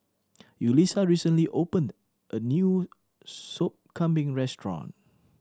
Yulisa recently opened a new Sop Kambing restaurant